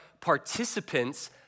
participants